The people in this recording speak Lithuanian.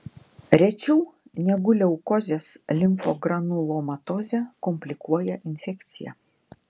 rečiau negu leukozės limfogranulomatozę komplikuoja infekcija